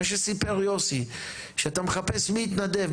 מה שסיפר יוסי כשאתה מחפש מי יתנדב,